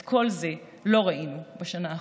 את כל זה לא ראינו בשנה האחרונה.